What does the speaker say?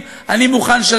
ואני מסיים,